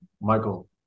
Michael